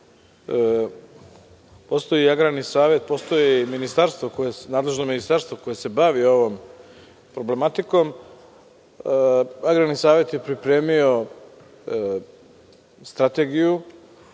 postoji agrarni savet, postoji i nadležno ministarstvo koje se bavi ovom problematikom, Agrarni savet je pripremio strategiju,